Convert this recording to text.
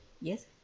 yes